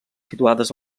situades